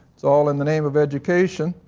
its all in the name of education.